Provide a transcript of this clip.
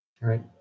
right